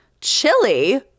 chili